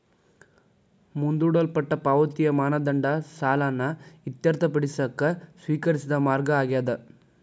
ಮುಂದೂಡಲ್ಪಟ್ಟ ಪಾವತಿಯ ಮಾನದಂಡ ಸಾಲನ ಇತ್ಯರ್ಥಪಡಿಸಕ ಸ್ವೇಕರಿಸಿದ ಮಾರ್ಗ ಆಗ್ಯಾದ